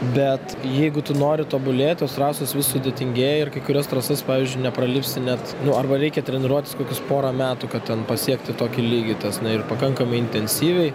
bet jeigu tu nori tobulėt tos trasos vis sudėtingė ir kai kurias trasas pavyzdžiui nepralipsi net nu arba reikia treniruotis kokius porą metų kad ten pasiekti tokį lygį tas na ir pakankamai intensyviai